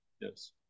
Yes